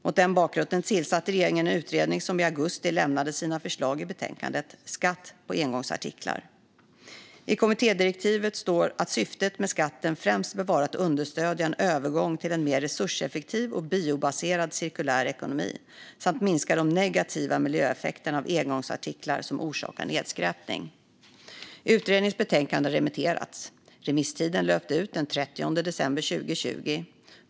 Mot denna bakgrund tillsatte regeringen en utredning, som i augusti lämnade sina förslag i betänkandet Skatt på engångsartiklar . I kommittédirektivet står att syftet med skatten främst bör vara att understödja en övergång till en mer resurseffektiv och biobaserad cirkulär ekonomi samt minska de negativa miljöeffekterna av engångsartiklar som orsakar nedskräpning. Utredningens betänkande har remitterats. Remisstiden löpte ut den 30 december 2020.